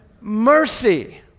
mercy